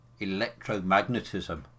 electromagnetism